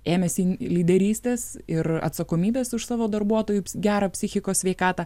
ėmėsi lyderystės ir atsakomybės už savo darbuotojų gerą psichikos sveikatą